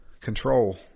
control